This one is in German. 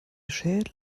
schädel